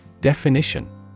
Definition